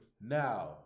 now